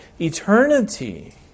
eternity